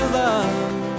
love